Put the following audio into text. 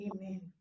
Amen